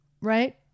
Right